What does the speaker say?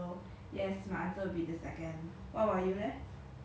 I was thinking of fighting the one horse-sized otter right